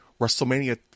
WrestleMania